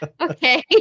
okay